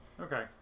Okay